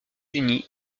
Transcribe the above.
unis